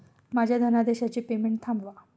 माझ्या धनादेशाचे पेमेंट थांबवा